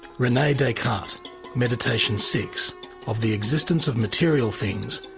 renes descartes meditation six of the existence of material things,